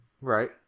Right